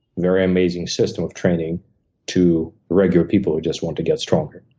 very amazing system of training to regular people who just want to get stronger.